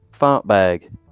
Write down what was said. Fartbag